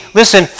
listen